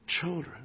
children